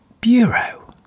bureau